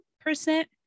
percent